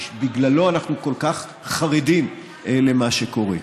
בגללו אנחנו כל כך חרדים למה שקורה.